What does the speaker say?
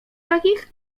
takich